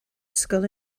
scoil